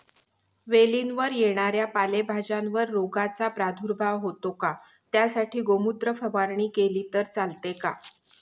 वेलीवर येणाऱ्या पालेभाज्यांवर रोगाचा प्रादुर्भाव होतो का? त्यासाठी गोमूत्र फवारणी केली तर चालते का?